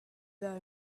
that